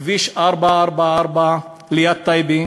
כביש 444 ליד טייבה.